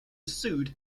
sued